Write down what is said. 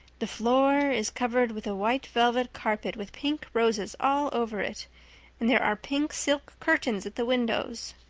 the floor is covered with a white velvet carpet with pink roses all over it and there are pink silk curtains at the windows.